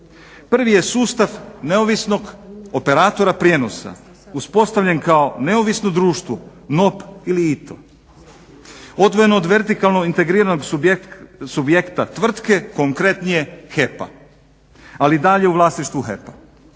Prvi je sustav neovisnog operatora prijenosa uspostavljen kao neovisno društvo … /Govornik se ne razumije./… odvojeno od vertikalno integriranog subjekta tvrtke konkretnije HEP-a. Ali i dalje u vlasništvu HEP-a.